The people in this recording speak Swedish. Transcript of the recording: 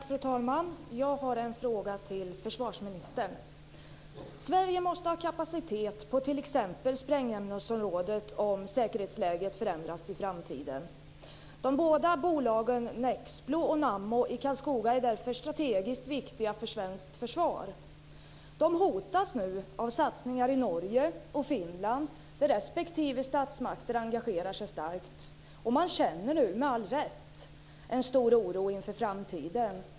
Fru talman! Jag har en fråga till försvarsministern. Sverige måste ha kapacitet på t.ex. sprängämnesområdet om säkerhetsläget förändras i framtiden. De båda bolagen Nexplo och Namo i Karlskoga är därför strategiskt viktiga för svenskt försvar. De hotas nu av satsningar i Norge och Finland där respektive statsmakter engagerar sig starkt, och man känner nu, med all rätt, en stor oro inför framtiden.